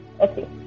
Okay